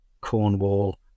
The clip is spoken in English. Cornwall